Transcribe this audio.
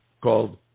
called